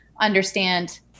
understand